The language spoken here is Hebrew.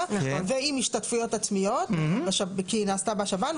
ועם השתתפויות עצמיות כי היא נעשתה בשב"ן,